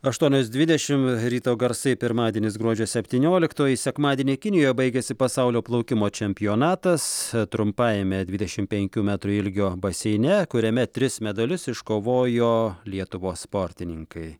aštuonios dvidešim ryto garsai pirmadienis gruodžio septynioliktoji sekmadienį kinijoje baigėsi pasaulio plaukimo čempionatas trumpajame dvidešim penkių metrų ilgio baseine kuriame tris medalius iškovojo lietuvos sportininkai